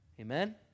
Amen